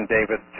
David